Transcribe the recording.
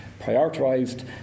prioritised